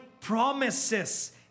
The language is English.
promises